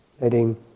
letting